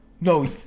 No